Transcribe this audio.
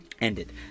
ended